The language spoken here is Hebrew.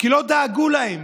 כי לא דאגו להם.